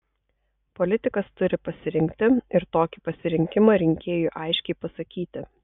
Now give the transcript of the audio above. politikas turi pasirinkti ir tokį pasirinkimą rinkėjui aiškiai pasakyti